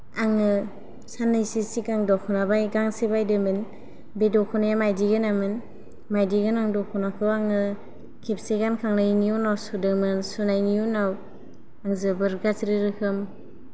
आङो साननैसो सिगां दखना गांसे बायदोमोन बे दखनाया माइदि गोनांमोन माइदि गोनां दखनाखौ आङो खेबसे गानखांनायनि उनाव सुदोंमोन सुनायनि उनाव आं जोबोर गाज्रि रोखोम